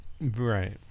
Right